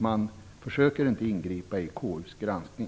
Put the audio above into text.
Man försöker inte ingripa i KU:s granskning.